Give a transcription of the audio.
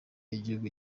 y’igihugu